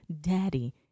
daddy